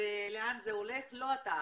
ולאן זה הולך לא אתה אחראי,